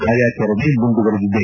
ಕಾರ್ಯಾಚರಣೆ ಮುಂದುವರೆದಿದೆ